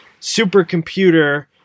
supercomputer